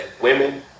women